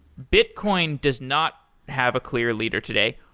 bitcoin does not have a clear leader today.